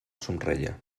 somreia